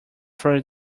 from